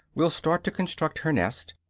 will start to construct her nest,